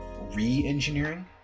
re-engineering